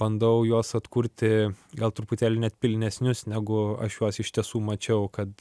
bandau juos atkurti gal truputėlį net pilnesnius negu aš juos iš tiesų mačiau kad